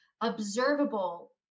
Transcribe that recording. observable